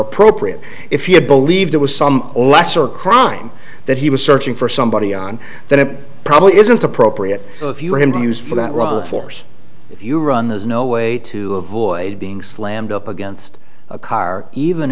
appropriate if you believe there was some lesser crime that he was searching for somebody on that it probably isn't appropriate if you're going to use for that rebel force if you run there's no way to avoid being slammed up against a car even